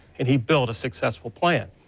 and he built a successful plan.